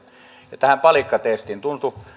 ja tähän palikkatestiin tuntui